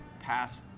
past